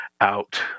out